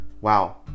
wow